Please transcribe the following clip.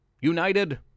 United